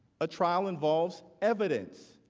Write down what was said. a trial involves evidence.